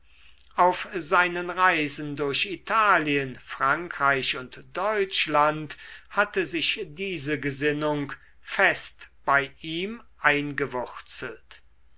auf seinen reisen durch italien frankreich und deutschland hatte sich diese gesinnung fest bei ihm eingewurzelt